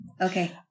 Okay